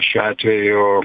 šiuo atveju